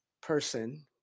person